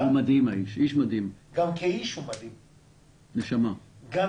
הוא מדהים, איש מדהים, נשמה, לגמרי.